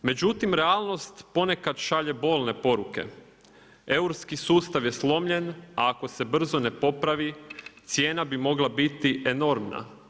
Međutim, realnost ponekad šalje bolne poruke, europski sustav je slomljen, a ako se brzo ne popravi, cijena bi mogla biti enormna.